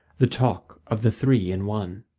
the talk of the three in one.